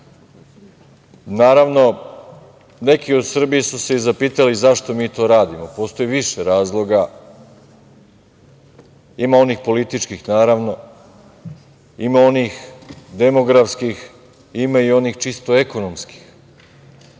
BiH.Naravno, neki u Srbiji su se i zapitali zašto mi to radimo. Postoji više razloga. Ima onih političkih, naravno, ima onih demografskih, ima i onih čisto ekonomskih. Politički